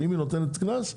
שאם היא נותנת קנס,